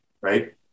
right